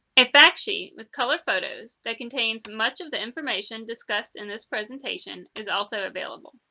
a fact sheet with color photos that contains much of the information discussed in this presentation is also available.